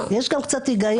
יש גם קצת היגיון.